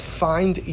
find